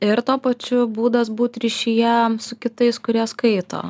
ir tuo pačiu būdas būt ryšyje su kitais kurie skaito